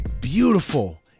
beautiful